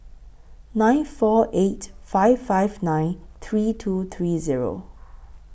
nine four eight five five nine three two three Zero